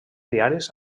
diaris